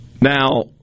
Now